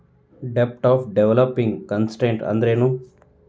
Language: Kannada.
ಡೆಬ್ಟ್ ಆಫ್ ಡೆವ್ಲಪ್ಪಿಂಗ್ ಕನ್ಟ್ರೇಸ್ ಅಂದ್ರೇನು?